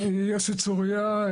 יוסי צוריה,